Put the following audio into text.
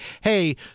hey